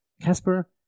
Casper